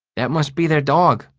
that must be their dog,